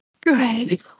good